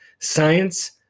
Science